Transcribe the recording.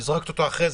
וזורקת אותו אחרי זה,